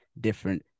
different